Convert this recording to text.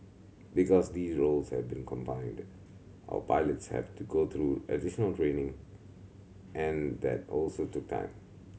because these roles have been combined our pilots have to go through additional training and that also took time